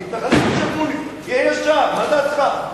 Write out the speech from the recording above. המתנחלים בשיח'-מוניס, תהיה ישר, מה דעתך?